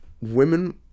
women